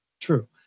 True